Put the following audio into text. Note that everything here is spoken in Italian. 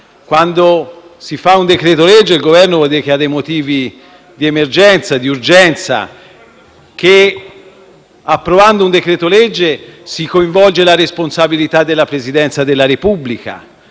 Governo vara un decreto-legge vuol dire che ha dei motivi di emergenza, di urgenza. Approvando un decreto-legge si coinvolge la responsabilità della Presidenza della Repubblica,